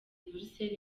buruseli